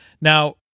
Now